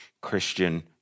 Christian